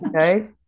okay